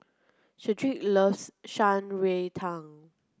Shedrick loves Shan Rui Tang